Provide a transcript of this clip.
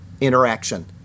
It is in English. interaction